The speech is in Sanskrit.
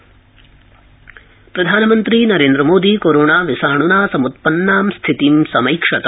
प्रधानमन्त्री कोरोना प्रधानमन्त्री नरेन्द्रमोदी कोरोना विषाणुना समृत्पन्नां स्थितिं समैक्षत